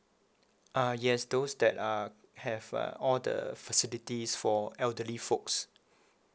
uh yes those that are have uh all the facilities for elderly folks